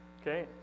okay